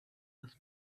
this